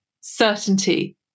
certainty